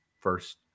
first